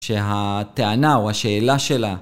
שהטענה או השאלה שלה